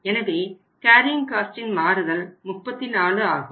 எனவே கேரியிங் காஸ்ட்டின் மாறுதல் 34 ஆகும்